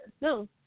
No